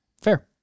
Fair